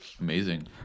amazing